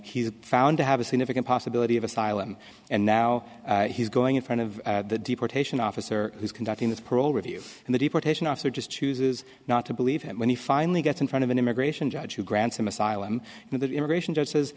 he's found to have a significant possibility of asylum and now he's going in front of the deportation officer who's conducting this parole review and the deportation officer just chooses not to believe him when he finally gets in front of an immigration judge to grant him asylum and the immigration judge says